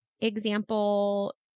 example